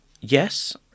Yes